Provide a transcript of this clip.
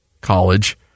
College